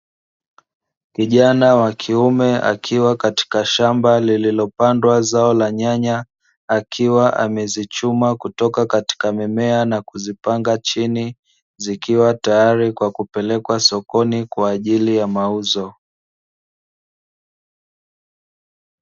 Kijana wa kiume akiwa katika shamba lililopandwa zao la nyanya, akiwa amezichuma kutoka katika mimea na kuzipanga chini, zikiwa tayari kwa kupelekwa sokoni kwa ajili ya mauzo.